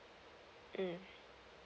mm